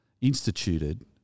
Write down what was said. instituted